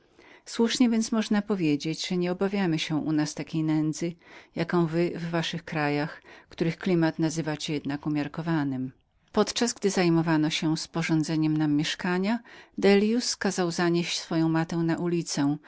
słusznie więc można powiedzieć że my nieobawiamy się u nas takiej nędzy jak wy w waszych krajach których jednak klima nazywacie umiarkowanem podczas gdy zajmowano się sporządzeniem nam mieszkania dellius kazał zanieść swoją matę na plac